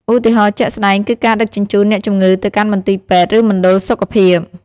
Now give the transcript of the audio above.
ឧទាហរណ៍ជាក់ស្តែងគឺការដឹកជញ្ជូនអ្នកជំងឺទៅកាន់មន្ទីរពេទ្យឬមណ្ឌលសុខភាព។